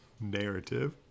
narrative